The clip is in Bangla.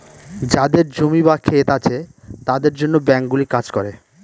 যাদের জমি বা ক্ষেত আছে তাদের জন্য ব্যাঙ্কগুলো কাজ করে